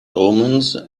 omens